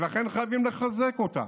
ולכן חייבים לחזק אותם.